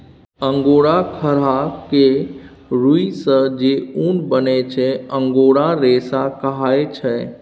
angora खरहा केर रुइयाँ सँ जे उन बनै छै अंगोरा रेशा कहाइ छै